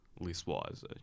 list-wise